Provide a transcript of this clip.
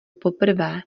poprvé